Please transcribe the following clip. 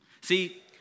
See